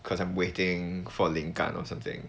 cause I'm waiting for 灵感 or something